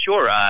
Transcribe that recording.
Sure